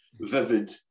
vivid